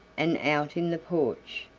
and out in the porch.